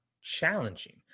challenging